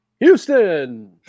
Houston